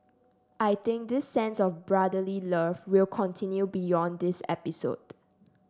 I think this sense of brotherly love will continue beyond this episode